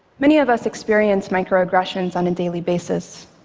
many of us experience microaggressions on a daily basis.